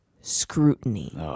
scrutiny